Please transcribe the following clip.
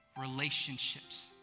relationships